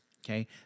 Okay